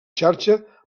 xarxa